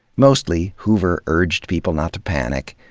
mostly, hoover urged people not to panic,